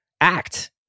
act